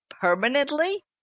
permanently